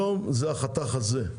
היום זה החתך הזה.